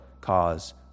cause